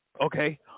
okay